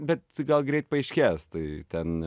bet gal greit paaiškės tai ten